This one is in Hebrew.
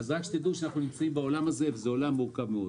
אנחנו נמצאים בעולם מורכב מאוד.